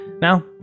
Now